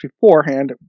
beforehand